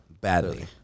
Badly